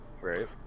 right